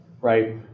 right